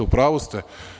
U pravu ste.